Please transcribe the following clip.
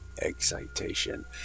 excitation